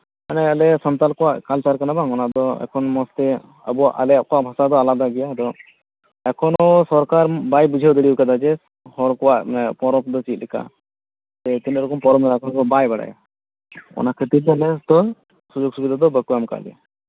ᱢᱟᱱᱮ ᱟᱞᱮ ᱥᱟᱱᱛᱟᱲ ᱠᱚᱣᱟᱜ ᱠᱟᱞᱪᱟᱨ ᱠᱟᱱᱟ ᱵᱟᱝ ᱚᱱᱟ ᱫᱚ ᱮᱠᱷᱚᱱ ᱫᱚ ᱥᱚᱨᱠᱟᱨ ᱵᱟᱭ ᱵᱩᱡᱷᱟᱹᱣ ᱫᱟᱲᱮ ᱠᱟᱫᱟ ᱡᱮ ᱦᱚᱲ ᱠᱚᱣᱟᱜ ᱯᱚᱨᱚᱵᱽ ᱫᱚ ᱪᱮᱫ ᱞᱮᱠᱟ ᱥᱮ ᱛᱤᱱᱟᱹᱜ ᱞᱮᱠᱟᱱ ᱯᱚᱨᱚᱵᱽ ᱢᱮᱱᱟᱜᱼᱟ ᱚᱱᱟ ᱫᱚ ᱵᱟᱭ ᱵᱟᱲᱟᱭᱟ ᱚᱱᱟ ᱠᱷᱟ ᱛᱤᱨ ᱛᱮ ᱟᱞᱮ ᱫᱚ ᱥᱩᱡᱳᱜᱽ ᱥᱩᱵᱤᱫᱷᱟ ᱫᱚ ᱵᱟᱠᱚ ᱮᱢ ᱠᱟᱜ ᱞᱮᱭᱟ